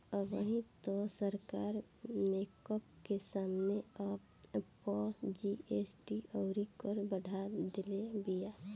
अबही तअ सरकार मेकअप के समाने पअ जी.एस.टी अउरी कर बढ़ा देले बिया